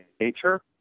nature